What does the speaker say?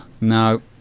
No